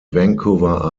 vancouver